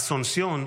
אסונסיון,